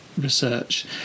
research